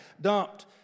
dumped